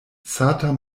sata